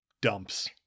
dumps